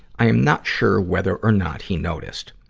i am not sure whether or not he noticed.